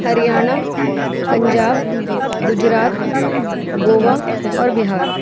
ہریانہ پنجاب گُجرات گووا اور بِھار